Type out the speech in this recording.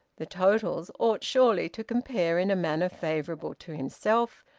the totals ought surely to compare in a manner favourable to himself,